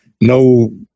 no